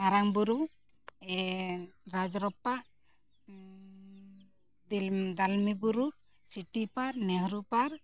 ᱢᱟᱨᱟᱝ ᱵᱩᱨᱩ ᱨᱟᱡᱽ ᱨᱟᱯᱯᱟ ᱫᱚᱞᱢᱟ ᱵᱩᱨᱩ ᱥᱤᱴᱤ ᱯᱟᱨᱠ ᱱᱮᱦᱨᱩ ᱯᱟᱨᱠ